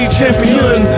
champion